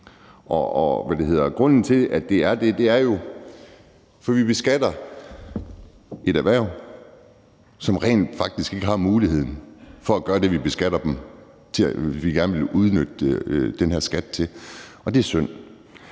kalde det det. Og grunden til, at det er det, er jo, at vi beskatter et erhverv, som rent faktisk ikke har muligheden for at gøre det, vi beskatter dem til at gøre, altså det, vi gerne vil udnytte den her skat til. Og det er synd.